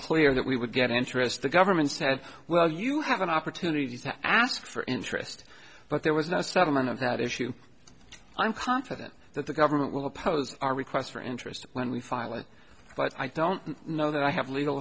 clear that we would get interest the government said well you have an opportunity to ask for interest but there was no settlement of that issue i'm confident that the government will oppose our request for interest when we file it but i don't know that i have l